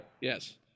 Yes